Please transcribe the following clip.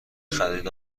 خرید